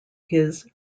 his